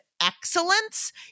excellence